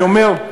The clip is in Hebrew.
אני אומר: